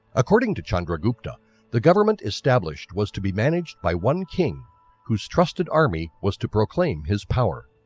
according to chandragupta the government established was to be managed by one king whose trusted army was to proclaim his power.